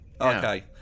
okay